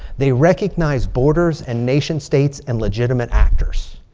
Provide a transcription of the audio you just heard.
they recognize borders and nation states and legitimate actors.